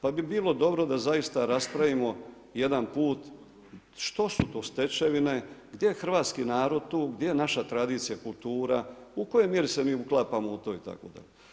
Pa bi bilo dobro da zaista raspravimo jedan put što su to stečevine, gdje je hrvatski narod tu, gdje je naša tradicija, kultura, u kojoj mjeri se mi uklapamo u to itd.